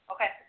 Okay